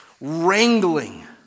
wrangling